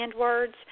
words